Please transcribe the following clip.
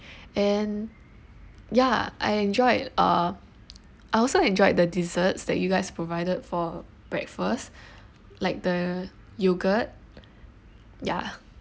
and ya I enjoyed uh I also enjoyed the desserts that you guys provided for breakfast like the yogurt ya